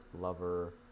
Lover